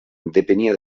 depenia